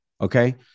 Okay